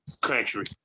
country